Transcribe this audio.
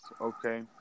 okay